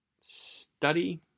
Study